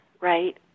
right